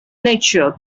nature